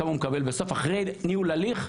כמה הוא מקבל בסוף אחרי ניהול הליך?